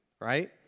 right